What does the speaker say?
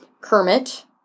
Kermit